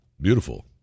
beautiful